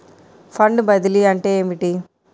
Fund బదిలీ అంటే ఏమిటి?